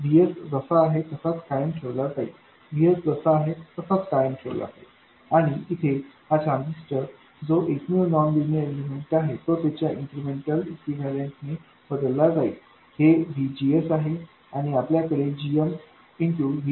VSजसा आहे तसाच कायम ठेवला जाईलVSजसा आहे तसाच कायम ठेवला जाईल आणि इथे हा ट्रान्झिस्टर जो एकमेव नॉन लिनीयर एलिमेंट आहे तो त्याच्या इन्क्रिमेंटल इक्विवैलन्ट ने बदलला जाईल हेVGSआहे आणि आपल्याकडे gmVGSआहे